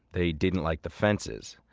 they didn't like the fences.